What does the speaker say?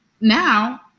Now